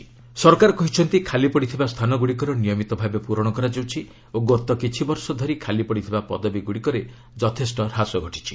RS ଭ୍ୟାକେନ୍ନି ସରକାର କହିଛନ୍ତି ଖାଲି ପଡ଼ିଥିବା ସ୍ଥାନଗୁଡ଼ିକର ନିୟମିତ ଭାବେ ପ୍ରରଣ କରାଯାଉଛି ଓ ଗତ କିଛି ବର୍ଷ ଧରି ଖାଲି ପଡ଼ିଥିବା ପଦବୀଗୁଡ଼ିକରେ ଯଥେଷ୍ଟ ହ୍ରାସ ଘଟିଛି